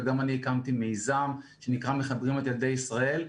וגם אני הקמתי מיזם שנקרא "מחברים את ילדי ישראל".